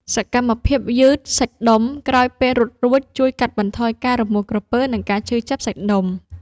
សកម្មភាពយឺតសាច់ដុំ ក្រោយពេលរត់រួច ជួយកាត់បន្ថយការរមួលក្រពើ និងការឈឺចាប់សាច់ដុំ។